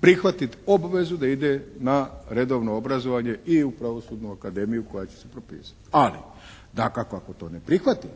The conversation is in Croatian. prihvatiti obvezu da ide na redovno obrazovanje i u pravosudnu akademiju koja će se propisati, ali dakako ako to ne prihvati